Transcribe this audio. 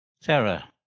Sarah